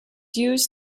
used